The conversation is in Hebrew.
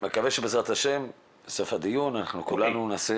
אני מקווה שבסוף הדיון כולנו נעשה